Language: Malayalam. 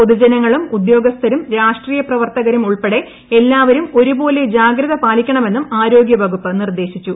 പൊതുജനങ്ങളും ഉദ്യോഗസ്ഥരും രാഷ്ട്രീയ പ്രവർത്തകരും ഉൾപ്പെടെ എല്ലാവരും ഒരുപോലെ ജാഗ്രത ് പാലിക്കണമെന്നും ആരോഗ്യവകുപ്പ് നിർദ്ദേശിച്ചു